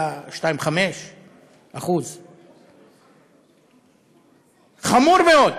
2.5%. חמור מאוד.